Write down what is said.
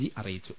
G അറിയിച്ചു